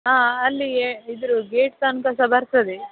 ಹಾಂ ಅಲ್ಲಿಯೇ ಇದ್ರ ಗೇಟ್ ತನಕ ಸಹ ಬರ್ತದೆ